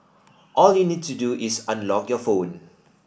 all you'll need to do is unlock your phone